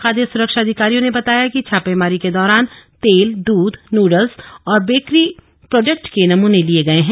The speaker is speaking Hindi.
खाद्य सुरक्षा अधिकारियों ने बताया कि छापेमारी के दौरान तेल दूध नूडल्स और बेकरी प्रोडक्ट के नमूने लिए गए हैं